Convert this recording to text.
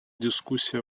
дискуссий